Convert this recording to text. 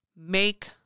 make